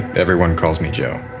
everyone calls me joe